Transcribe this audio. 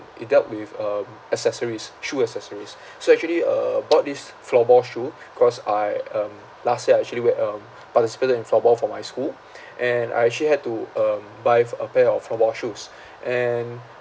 it dealt with um accessories shoe accessories so actually uh I bought this floorball shoe cause I um last year actually where um participated in floorball for my school and I actually had to um buy f~ a pair of floorball shoes and